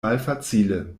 malfacile